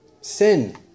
sin